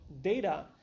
data